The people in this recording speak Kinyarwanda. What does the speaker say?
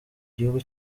gihugu